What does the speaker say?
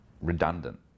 redundant